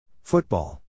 Football